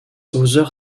other